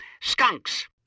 skunks